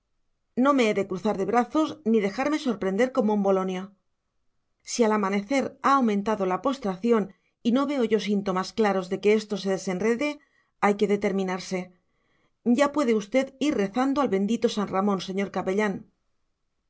no me he de cruzar de brazos ni dejarme sorprender como un bolonio si al amanecer ha aumentado la postración y no veo yo síntomas claros de que esto se desenrede hay que determinarse ya puede usted ir rezando al bendito san ramón señor capellán